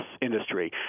industry